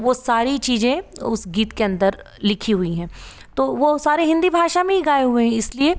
वो सारी चीज़ें उस गीत के अंदर लिखी हुई हैं तो वो सारे हिन्दी भाषा में ही गए हुए हैं इसलिए